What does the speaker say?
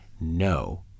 No